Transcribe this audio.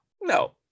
no